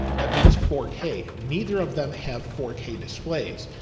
that means four k. neither of them have four k displays.